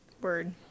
word